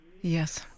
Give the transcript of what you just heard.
Yes